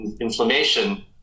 inflammation